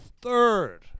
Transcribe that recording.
third